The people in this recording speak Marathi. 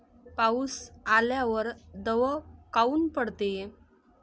पाऊस आल्यावर दव काऊन पडते?